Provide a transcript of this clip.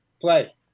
play